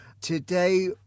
Today